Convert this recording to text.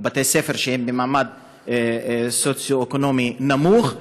שהם במעמד סוציו-אקונומי נמוך,